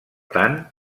tant